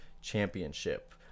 Championship